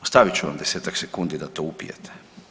Ostavit ću vam desetak sekundi da to upijete.